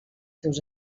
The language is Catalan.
seus